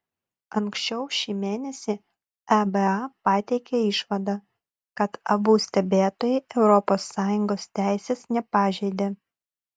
anksčiau šį mėnesį eba pateikė išvadą kad abu stebėtojai europos sąjungos teisės nepažeidė